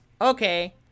Okay